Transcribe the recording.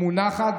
היא מונחת,